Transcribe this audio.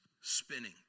spinning